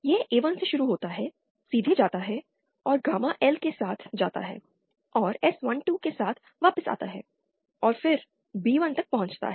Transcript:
यह A1 से शुरू होता है सीधे जाता है और गामा L के साथ जाता है और S12 के साथ वापस आता है और फिर B1 तक पहुंचता है